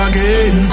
Again